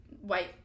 white